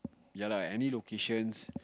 ya lah any locations